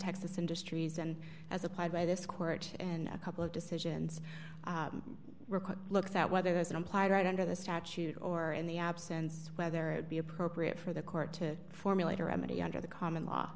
texas industries and as applied by this court and a couple of decisions require looks at whether there's an implied right under the statute or in the absence whether it be appropriate for the court to formulate a remedy under the common law